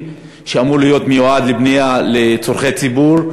שאמור להיות מיועד לבנייה לצורכי ציבור,